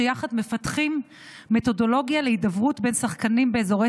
שיחד מפתחים מתודולוגיה להידברות בין שחקנים באזורי